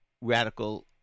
radical